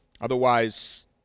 Otherwise